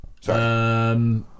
Sorry